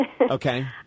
Okay